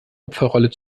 opferrolle